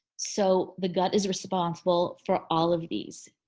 so the gut is responsible for all of these.